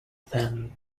then